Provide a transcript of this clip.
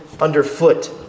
underfoot